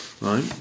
right